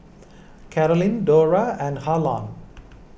Carolynn Dorla and Harlan